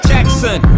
Jackson